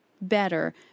better